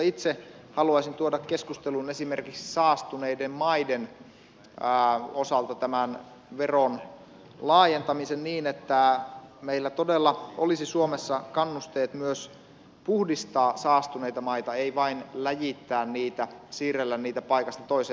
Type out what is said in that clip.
itse haluaisin tuoda keskusteluun esimerkiksi saastuneiden maiden osalta tämän veron laajentamisen niin että meillä todella olisi suomessa kannusteet myös puhdistaa saastuneita maita ei vain läjittää niitä siirrellä niitä paikasta toiseen